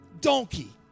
donkey